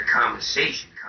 conversation